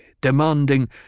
demanding